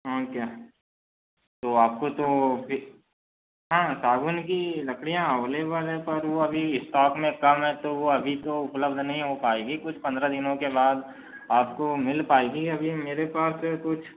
और क्या तो आपको तो अभी हाँ सागवान की लकड़ियाँ अवलेबल हैं पर अभी वो स्टॉक में कम है तो वो अभी तो उपलब्ध नहीं हो पाएगी कुछ पंद्रह दिनों के बाद आपको मिल पाएगी अभी मेरे पास है कुछ